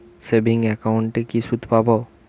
Savings একাউন্টে কি সুদ পাব?